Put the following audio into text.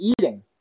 eating